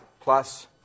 plus